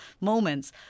moments